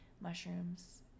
mushrooms